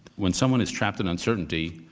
when someone is trapped in uncertainty,